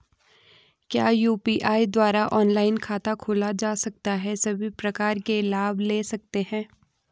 क्या यु.पी.आई द्वारा ऑनलाइन खाता खोला जा सकता है सभी प्रकार के लाभ ले सकते हैं?